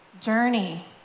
journey